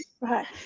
right